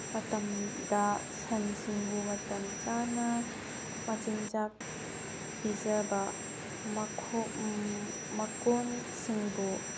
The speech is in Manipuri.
ꯃꯇꯝꯗ ꯁꯟꯁꯤꯡꯕꯨ ꯃꯇꯝ ꯆꯥꯅ ꯃꯆꯤꯟꯆꯥꯛ ꯄꯤꯖꯕ ꯃꯀꯣꯟꯁꯤꯡꯕꯨ